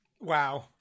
Wow